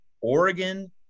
Oregon